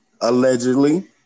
allegedly